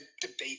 debate